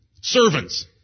Servants